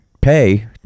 Pay